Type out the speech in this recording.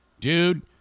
dude